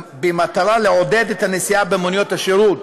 במטרה לעודד את הנסיעה במוניות השירות,